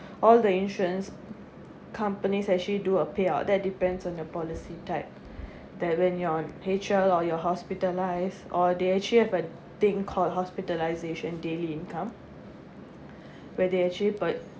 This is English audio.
all the insurance companies actually do a payout that depends on your policy type that when you on H_L or you're hospitalized or they actually have a thing called hospitalization daily income where they actually put